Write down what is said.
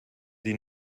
sie